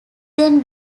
then